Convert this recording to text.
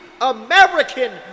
American